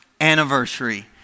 anniversary